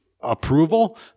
approval